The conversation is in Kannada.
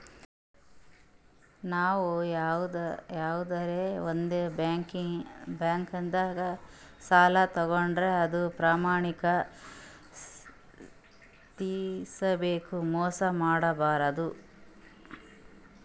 ನಾವ್ ಯವಾದ್ರೆ ಒಂದ್ ಬ್ಯಾಂಕ್ದಾಗ್ ಸಾಲ ತಗೋಂಡ್ರ್ ಅದು ಪ್ರಾಮಾಣಿಕವಾಗ್ ತಿರ್ಸ್ಬೇಕ್ ಮೋಸ್ ಮಾಡ್ಬಾರ್ದು